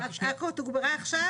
עכו תוגברה עכשיו?